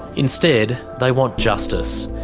instead, they want justice.